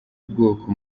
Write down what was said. bwoko